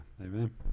amen